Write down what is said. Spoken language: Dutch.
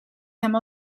hem